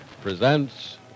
presents